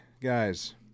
guys